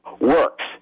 works